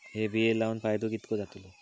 हे बिये लाऊन फायदो कितको जातलो?